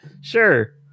Sure